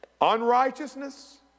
Unrighteousness